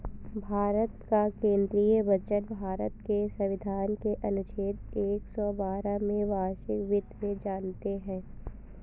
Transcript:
भारत का केंद्रीय बजट भारत के संविधान के अनुच्छेद एक सौ बारह में वार्षिक वित्त में जानते है